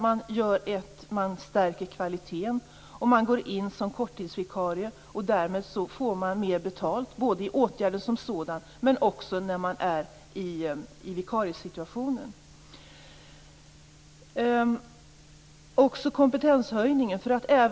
Man stärker nämligen kvaliteten, går in som korttidsvikarie och får därmed mer betalt både i åtgärden som sådan och när man är i vikariesituationen. Kompetenshöjningen är också viktig.